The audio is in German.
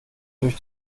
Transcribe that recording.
durch